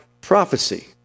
prophecy